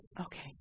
Okay